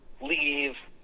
leave